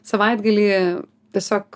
savaitgalį tiesiog